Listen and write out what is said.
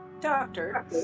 doctor